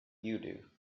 you